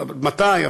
עד מתי,